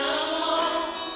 alone